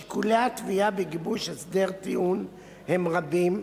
שיקולי התביעה בגיבוש הסדר טיעון הם רבים,